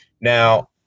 Now